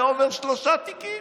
היה אומר: שלושה תיקים.